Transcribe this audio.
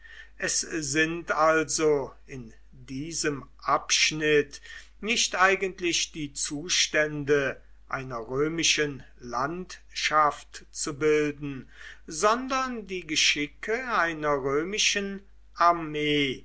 es sind also in diesem abschnitt nicht eigentlich die zustände einer römischen landschaft zu schildern sondern die geschicke einer römischen armee